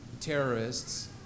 terrorists